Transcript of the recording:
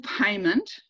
payment